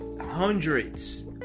hundreds